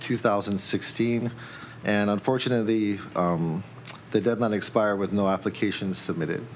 two thousand and sixteen and unfortunately the deadline expire with no applications submitted